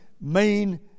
main